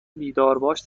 بیدارباش